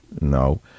no